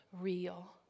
real